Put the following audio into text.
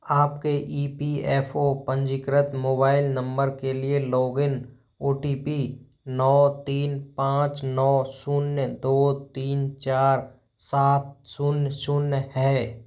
आपके E P F O पंजीकृत mobile number के लिए log in O T P नौ तीन पाँच नौ शून्य दो तीन चार सात शून्य शून्य है